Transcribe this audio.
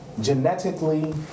genetically